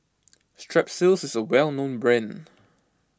Strepsils is a well known brand